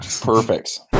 Perfect